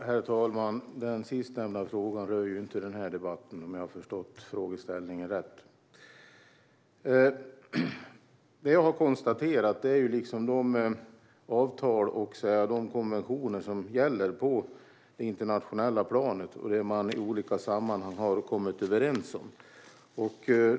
Herr talman! Den sistnämnda frågan rör inte denna debatt, om jag har förstått frågeställningen rätt. Det jag har konstaterat handlar om de avtal och de konventioner som gäller på det internationella planet och det man i olika sammanhang har kommit överens om.